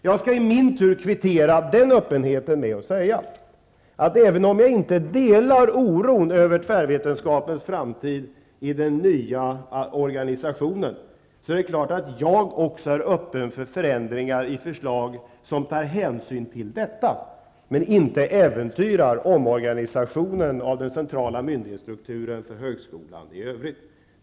Jag skall i min tur kvittera den öppenheten med att säga, att även om jag inte delar oron över tvärvetenskapens framtid i den nya organisationen, är det klart att också jag är öppen för förändringar i förslag som tar hänsyn till detta men inte äventyrar omorganisationen av den centrala myndighetsstrukturen för högskolan i övrigt.